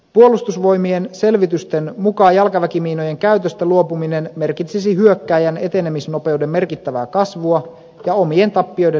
puolustusvoimien selvitysten mukaan jalkaväkimiinojen käytöstä luopuminen merkitsisi hyökkääjän etenemisnopeuden merkittävää kasvua ja omien tappioiden lisääntymistä